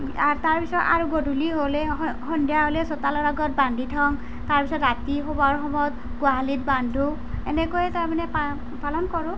R তাৰপিছত আৰু গধূলি হ'লে সন্ধিয়া হ'লে চোতালৰ আগত বান্ধি থওঁ তাৰপিছত ৰাতি শুবৰ সময়ত গোঁহালিত বান্ধো এনেকৈয়ে তাৰমানে পালন পালন কৰোঁ